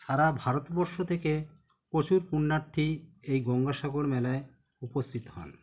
সারা ভারতবর্ষ থেকে প্রচুর পুণ্যার্থী এই গঙ্গাসাগর মেলায় উপস্থিত হন